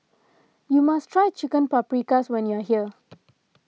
you must try Chicken Paprikas when you are here